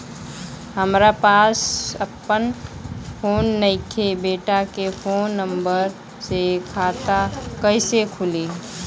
हमरा पास आपन फोन नईखे बेटा के फोन नंबर से खाता कइसे खुली?